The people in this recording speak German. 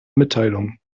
mitteilungen